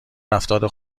رفتار